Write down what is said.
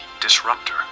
disruptor